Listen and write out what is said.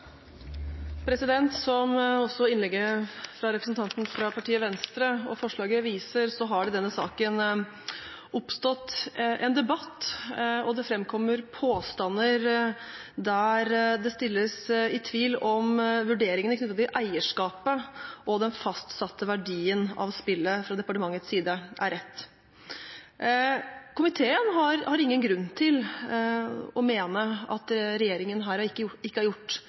replikkordskifte. Som også innlegget fra representanten fra Venstre og forslaget viser, har det i denne saken oppstått en debatt, og det framkommer påstander der det reises tvil om vurderingene knyttet til eierskapet og den fastsatte verdien av spillet fra departementets side er rett. Komiteen har ingen grunn til å mene at regjeringen her ikke har gjort